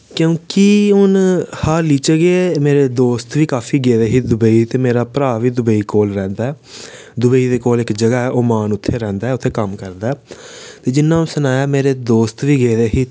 क्योंकि हून हाली च गै मेरे दोस्त बी काफी गेदे हे दुबेई ते मेरा भ्राऽ बी दुबेई कोल रौंह्दा ऐ दुबेई दे कोल इक जगह ऐ ओमान उत्थै रौंह्दा ऐ उत्थै कम्म करदा ऐ ते जिन्ना अ'ऊं सनाया मेरे दोस्त बी गेदे हे